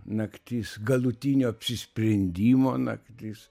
naktis galutinio apsisprendimo naktis